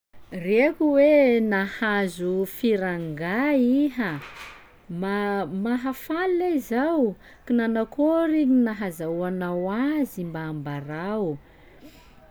"Reko hoe nahazo firangaha iha, ma- mahafaly ley izao! Ko nanakôry gny nahazaonao azy mba ambarao?"